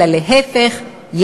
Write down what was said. אלא להפך,